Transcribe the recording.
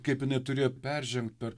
kaip jinai turėjo peržengt per